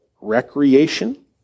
Recreation